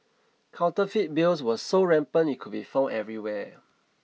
counterfeit bills were so rampant it could be found everywhere